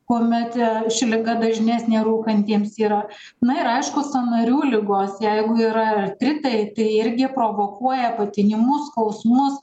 kuomet ši liga dažnesnė rūkantiems yra na ir aišku sąnarių ligos jeigu yra artritai tai irgi provokuoja patinimus skausmus